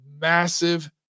massive